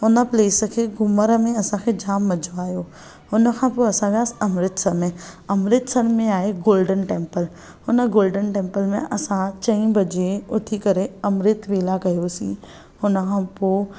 हुन प्लेसु खे घुमणु में असांखे जाम मज़ो आयो हुन खां पोइ असां वियासीं अमृतसर में अमृतसर में आहे गोल्डन टेम्पल हुन गोल्डन टेम्पल में असां चईं वगे॒ उथी करे अमृत वेला कयोसीं हुन खां पोइ